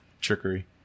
Trickery